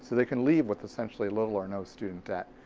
so they can leave with essentially little or no student debt.